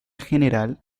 general